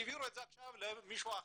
העבירו את זה עכשיו למישהו אחר.